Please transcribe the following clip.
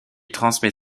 transmet